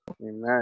Amen